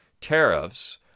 tariffs